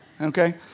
Okay